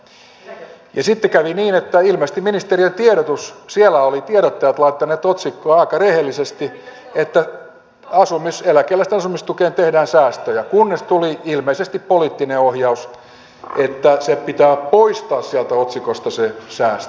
ja sitten kävi niin että ilmeisesti ministeriössä olivat tiedottajat laittaneet otsikkoon aika rehellisesti että eläkeläisten asumistuesta tehdään säästöjä kunnes tuli ilmeisesti poliittinen ohjaus että pitää poistaa sieltä otsikosta se säästö